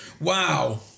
Wow